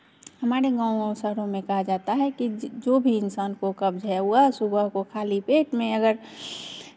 हमारे गाँव और शहरों में कहा जाता है कि जो भी इंसान को कब्ज़ है वह सुबह को खाली पेट में अगर